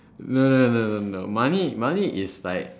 no no no no no money is money is like